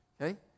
okay